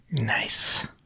Nice